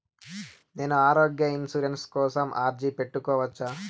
నేను ఆరోగ్య ఇన్సూరెన్సు కోసం అర్జీ పెట్టుకోవచ్చా?